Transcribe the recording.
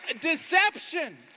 deception